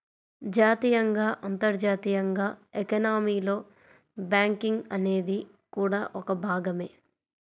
జాతీయంగా, అంతర్జాతీయంగా ఎకానమీలో బ్యాంకింగ్ అనేది కూడా ఒక భాగమే